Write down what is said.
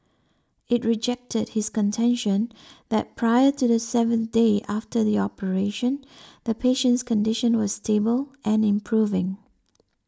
it rejected his contention that prior to the seven day after the operation the patient's condition was stable and improving